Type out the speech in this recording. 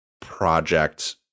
project